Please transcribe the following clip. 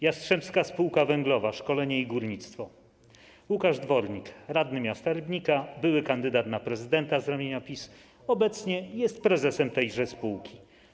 Jastrzębska Spółka Węglowa Szkolenie i Górnictwo - Łukasz Dwornik, radny Rybnika, były kandydat na prezydenta z ramienia PiS obecnie jest prezesem tej spółki.